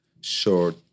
short